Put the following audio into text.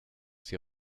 ses